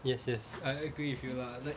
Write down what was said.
yes yes I agree with you lah like